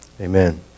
Amen